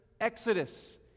exodus